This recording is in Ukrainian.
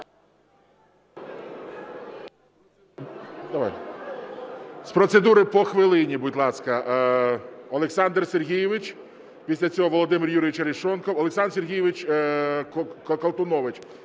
З процедури по хвилині, будь ласка. Будь ласка, Олександр Сергійович. Після цього Володимир Юрійович Арешонков. Олександр Сергійович Колтунович.